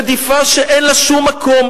רדיפה שאין לה שום מקום?